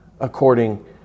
according